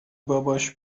باباش